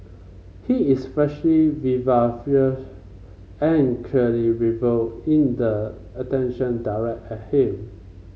he is flashy vivacious and clearly revel in the attention directed at him